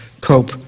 cope